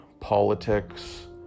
politics